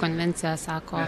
konvencija sako